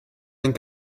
ein